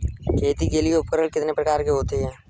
खेती के लिए उपकरण कितने प्रकार के होते हैं?